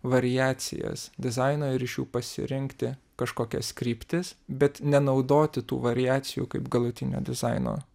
variacijas dizaino ir iš jų pasirinkti kažkokias kryptis bet nenaudoti tų variacijų kaip galutinio dizaino